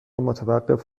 متوقف